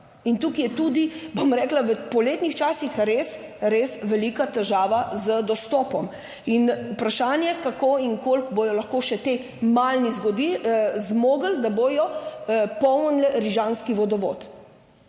in tukaj je tudi, bom rekla, v poletnih časih res, res velika težava z dostopom. In vprašanje kako in koliko bodo lahko še te Malni zgodi, zmogli, da bodo polnili Rižanski vodovod.